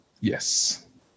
Yes